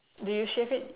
do you shave it